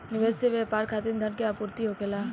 निवेश से व्यापार खातिर धन के आपूर्ति होखेला